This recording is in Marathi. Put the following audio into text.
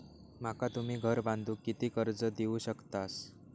माका तुम्ही घर बांधूक किती कर्ज देवू शकतास?